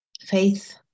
faith